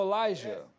Elijah